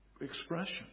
expression